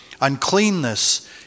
Uncleanness